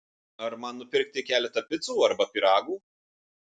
ar man nupirkti keletą picų arba pyragų